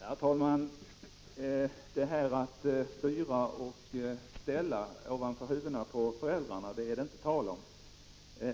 Herr talman! Att styra och ställa ovanför huvudena på föräldrarna är det inte tal om.